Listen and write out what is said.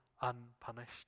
unpunished